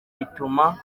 bituma